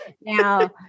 Now